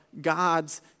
God's